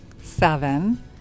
Seven